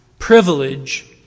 privilege